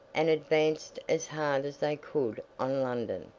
and advanced as hard as they could on london.